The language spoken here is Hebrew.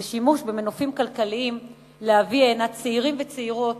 בשימוש במנופים כלכליים להביא הנה צעירים וצעירות